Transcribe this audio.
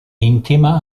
intima